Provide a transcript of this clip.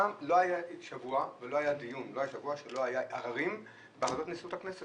פעם לא היה שבוע שלא היו הרים של הצעות על שולחן נשיאות הכנסת,